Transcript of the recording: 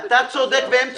אתה צודק והם צודקים.